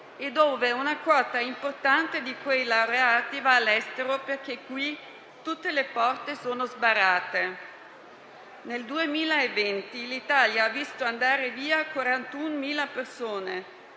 e dove una quota importante di quei laureati va all'estero perché qui tutte le porte sono sbarrate. Nel 2020 l'Italia ha visto andare via 41.000 persone,